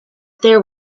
there